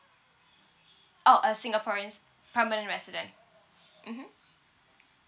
!ow! uh singaporeans permanent resident mmhmm